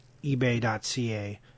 ebay.ca